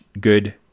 good